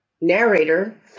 narrator